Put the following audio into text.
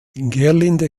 gerlinde